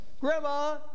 Grandma